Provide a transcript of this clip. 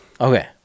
Okay